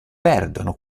perdono